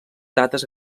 dates